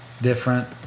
different